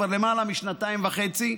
כבר למעלה משנתיים וחצי,